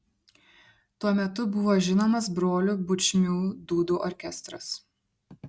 tuo metu buvo žinomas brolių bučmių dūdų orkestras